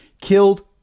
Killed